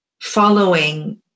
following